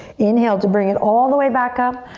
inhale to bring it all the way back up.